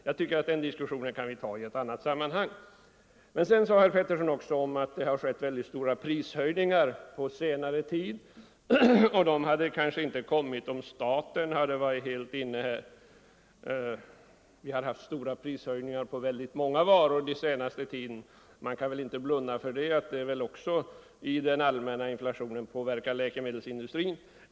Jag tycker dock att vi kan ta upp den diskussionen i ett annat sammanhang. Men sedan sade herr Pettersson i Västerås att det har varit stora prishöjningar på läkemedel under senare tid och att de kanske inte hade kommit om staten hade varit ägare. Vi har haft stora prishöjningar på väldigt många varor på senaste tiden. Man kan väl inte blunda för det faktum att den allmänna inflationen påverkar också läkemedelsindustrin.